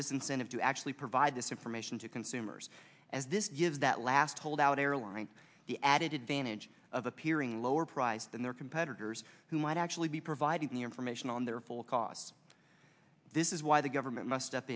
disincentive to actually provide this information to consumers as this gives that last holdout airlines the added advantage of appearing lower price than their competitors who might actually be providing the information on their full cause this is why the government must step